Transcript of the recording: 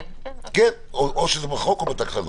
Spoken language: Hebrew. כן, ואם זה בחוק או בתקנות.